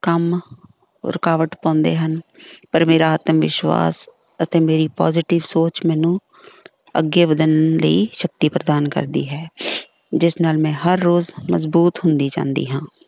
ਕੰਮ ਰੁਕਾਵਟ ਪਾਉਂਦੇ ਹਨ ਪਰ ਮੇਰਾ ਆਤਮ ਵਿਸ਼ਵਾਸ ਅਤੇ ਮੇਰੀ ਪੋਜੀਟਿਵ ਸੋਚ ਮੈਨੂੰ ਅੱਗੇ ਵਧਣ ਲਈ ਸ਼ਕਤੀ ਪ੍ਰਦਾਨ ਕਰਦੀ ਹੈ ਜਿਸ ਨਾਲ ਮੈਂ ਹਰ ਰੋਜ਼ ਮਜ਼ਬੂਤ ਹੁੰਦੀ ਜਾਂਦੀ ਹਾਂ